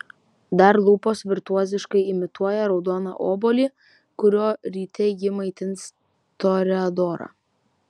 dar lūpos virtuoziškai imituoja raudoną obuolį kuriuo ryte ji maitins toreadorą